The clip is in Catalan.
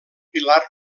pilar